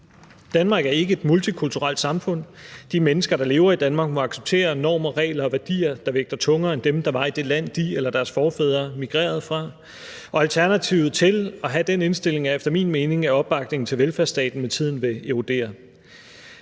Danmark er ikke et multikulturelt samfund. De mennesker, der lever i Danmark, må acceptere normer, regler og værdier, der vægter tungere end dem, der var i det land, de eller deres forfædre migrerede fra, og alternativet til at have den indstilling er efter min mening, at opbakningen til velfærdsstaten med tiden vil erodere.